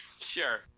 sure